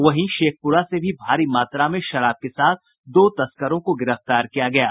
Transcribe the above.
वहीं शेखपुरा से भी भारी मात्रा में शराब के साथ दो तस्करों को गिरफ्तार किया गया है